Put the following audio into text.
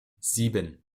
sieben